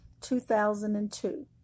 2002